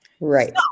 Right